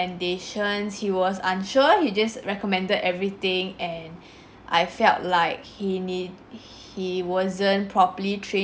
~dations he was unsure he just recommended everything and I felt like he need he wasn't properly train~